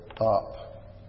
up